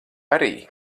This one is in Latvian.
arī